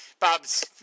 Bob's